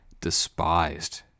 despised